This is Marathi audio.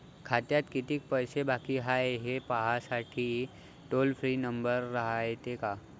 खात्यात कितीक पैसे बाकी हाय, हे पाहासाठी टोल फ्री नंबर रायते का?